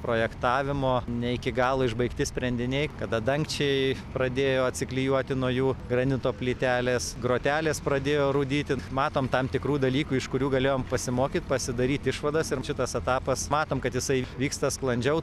projektavimo ne iki galo išbaigti sprendiniai kada dangčiai pradėjo atsiklijuoti nuo jų granito plytelės grotelės pradėjo rūdyti matom tam tikrų dalykų iš kurių galėjom pasimokyt pasidaryt išvadas ir šitas etapas matom kad jisai vyksta sklandžiau